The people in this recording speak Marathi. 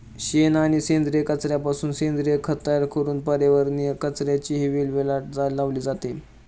शेण आणि सेंद्रिय कचऱ्यापासून सेंद्रिय खत तयार करून पर्यावरणीय कचऱ्याचीही विल्हेवाट लावली जाते